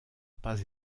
pas